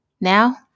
Now